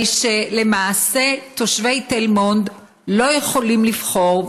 למעשה תושבי תל מונד לא יכולים לבחור,